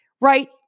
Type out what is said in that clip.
right